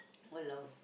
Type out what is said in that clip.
!walao!